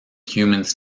humans